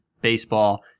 baseball